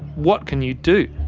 what can you do?